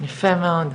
יפה מאוד.